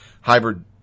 Hybrid